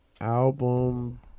album